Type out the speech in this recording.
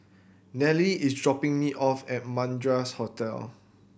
Nellie is dropping me off at Madras Hotel